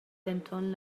denton